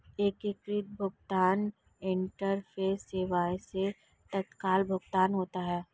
एकीकृत भुगतान इंटरफेस सेवाएं से तत्काल भुगतान होता है